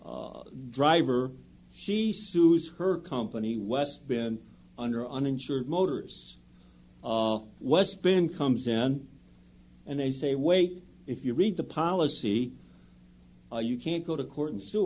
driver she sues her company west been under uninsured motorists was spin comes in and they say wait if you read the policy you can't go to court and sue